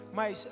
mas